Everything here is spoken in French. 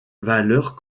valeurs